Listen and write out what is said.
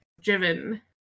driven